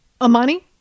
amani